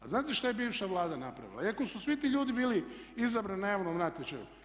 A znate šta je bivša Vlada napravila iako su svi ti ljudi bili izabrani na javnom natječaju?